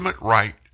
right